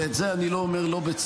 ואת זה אני לא אומר בציניות,